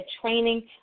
training